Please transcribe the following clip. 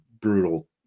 brutal